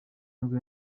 nibwo